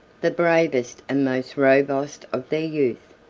the bravest and most robust of their youth.